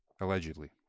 Allegedly